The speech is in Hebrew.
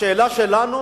השאלה שלנו